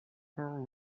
poor